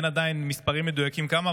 עדיין אין מספרים מדויקים כמה,